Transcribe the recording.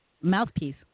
Mouthpiece